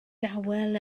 dawel